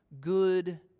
good